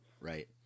Right